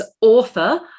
author